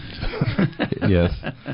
Yes